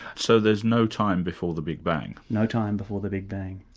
so there's no time before the big bang? no time before the big bang.